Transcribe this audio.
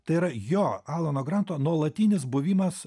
tai yra jo alano granto nuolatinis buvimas